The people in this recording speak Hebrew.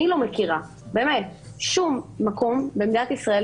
אני לא מכירה שום מקום במדינת ישראל,